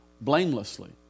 blamelessly